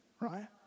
right